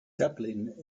dublin